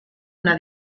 una